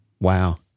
Wow